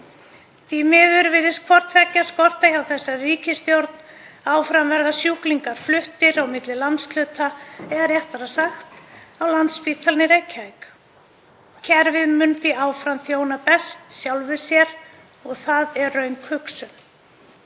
Því miður virðist hvort tveggja skorta hjá þessari ríkisstjórn. Áfram verða sjúklingar fluttir á milli landshluta, eða réttara sagt á Landspítalann í Reykjavík. Kerfið mun því áfram þjóna best sjálfu sér og það er röng hugsun.